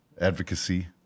advocacy